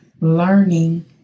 learning